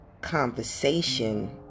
conversation